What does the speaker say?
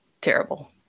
terrible